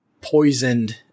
poisoned